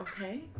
Okay